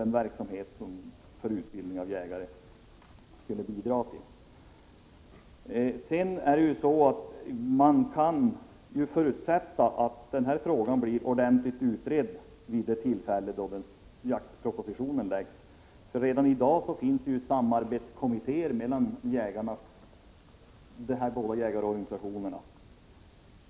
Då utgick ett extra bidrag på 300 000 kr. Man kan förutsätta att den här frågan blir ordentligt utredd i samband med att jaktpropositionen läggs fram. Redan i dag finns det samarbetskommittéer mellan de båda jägarorganisationerna.